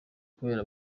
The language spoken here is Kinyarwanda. kubera